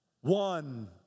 One